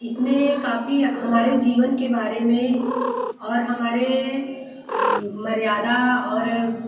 इसमें काफ़ी हमारे जीवन के बारे में और हमारे मर्यादा और